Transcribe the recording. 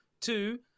two